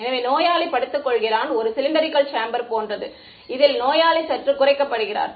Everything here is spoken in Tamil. எனவே நோயாளி படுத்துக் கொள்கிறான் ஒரு சிலிண்டெரிக்கல் சேம்பர் போன்றது இதில் நோயாளி சற்று குறைக்கப்படுகிறார்